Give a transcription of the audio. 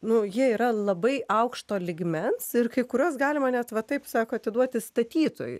nu jie yra labai aukšto lygmens ir kai kurios galima net va taip sako atiduoti statytojui